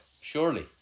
Surely